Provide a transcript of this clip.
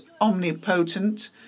omnipotent